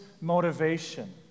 motivation